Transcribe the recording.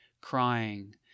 crying